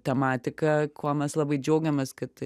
tematika kuo mes labai džiaugiamės kad